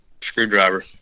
screwdriver